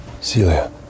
Celia